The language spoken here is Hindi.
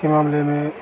के मामले में